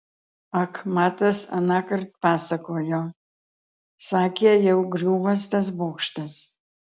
ak matas anąkart pasakojo sakė jau griūvąs tas bokštas